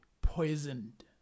poisoned